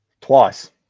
twice